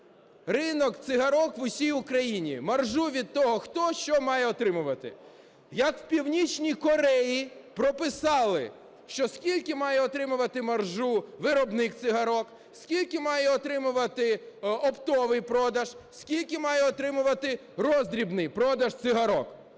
ринок цигарок в усій Україні, маржу від того, хто що має отримувати. Як в Північній Кореї прописали, що скільки має отримувати маржу виробник цигарок, скільки має отримувати оптовий продаж, скільки має роздрібний продаж цигарок.